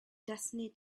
destiny